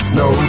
no